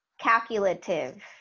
calculative